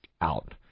out